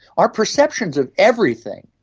our perceptions of everything,